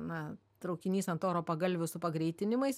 na traukinys ant oro pagalvių su pagreitinimais